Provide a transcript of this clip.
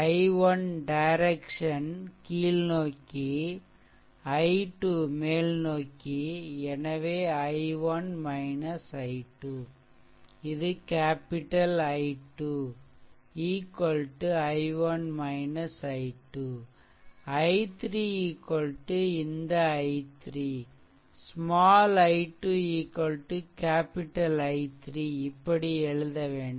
i1 direction கீழ் நோக்கி i2 மேல் நோக்கி எனவே i1 i2 இது capital I2 i1 i2 I3 இந்த i3 small I2 capital I3 இப்படி எழுத வேண்டும்